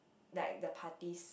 like the parties